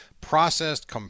processed